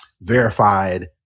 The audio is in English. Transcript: verified